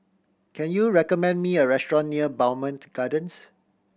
can you recommend me a restaurant near Bowmont Gardens